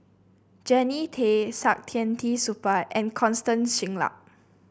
Jannie Tay Saktiandi Supaat and Constance Singam